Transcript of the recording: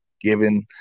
given